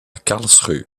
karlsruhe